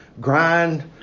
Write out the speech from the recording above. grind